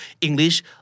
English